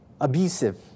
abusive